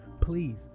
please